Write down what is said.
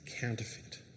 counterfeit